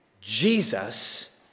Jesus